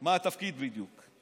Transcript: מה התפקיד בדיוק.